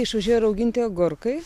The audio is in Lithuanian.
išūžė rauginti agurkai